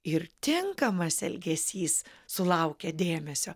ir tinkamas elgesys sulaukia dėmesio